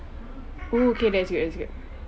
oh okay that's good that's good